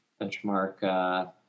benchmark